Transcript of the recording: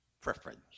preference